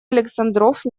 александров